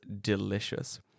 Delicious